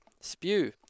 Spew